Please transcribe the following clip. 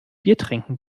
biertrinken